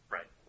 Right